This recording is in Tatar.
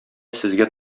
сезгә